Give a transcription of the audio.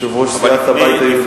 יושב-ראש סיעת הבית היהודי.